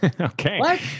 Okay